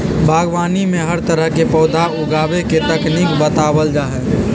बागवानी में हर तरह के पौधा उगावे के तकनीक बतावल जा हई